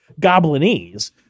Goblinese